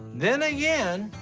then again,